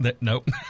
Nope